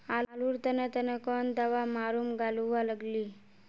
आलूर तने तने कौन दावा मारूम गालुवा लगली?